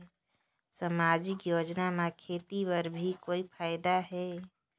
समाजिक योजना म खेती बर भी कोई फायदा है?